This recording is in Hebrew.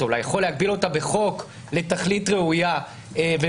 אתה אולי יכול להגביל אותה בחוק לתכלית ראויה ומידתי,